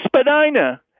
Spadina